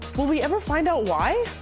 will we ever find out why?